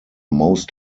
most